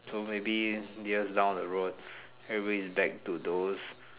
so maybe years down the road everybody is back to those